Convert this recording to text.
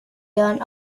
young